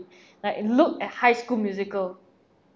like look at high school musical